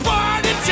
Party